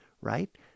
right